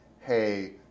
hey